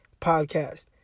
podcast